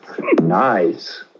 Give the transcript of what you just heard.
nice